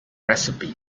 recipe